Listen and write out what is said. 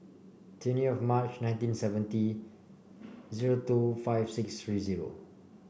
twenty of March nineteen seventy zero two five six three zero